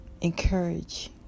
encourage